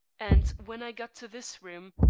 and when i got to this room,